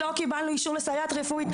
לא קיבלנו אישור לסייעת רפואית,